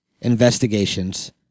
Investigations